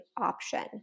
option